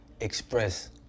express